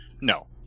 no